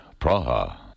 Praha